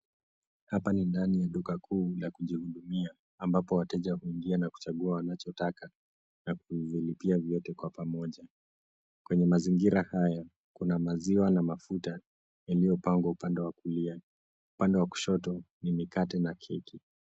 Hapa ni ndani ya duka kuu ambapo wateja huingiza na kuchagua wanachotaka na kulipia vyote pamoja. Kwenye mazingira haya, kuna maziwa na mafuta yaliyo pangwa upande wa kulia. Upande wa kushoto ni mikate na keki.